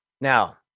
now